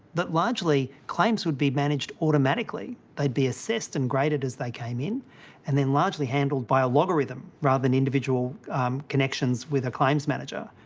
that largely claims would be managed automatically. they'd be assessed and graded as they came in and then largely handled by a logarithm, rather than individual connections with a claims manager.